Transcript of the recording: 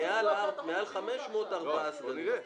מעל 500,000 ארבעה סגנים.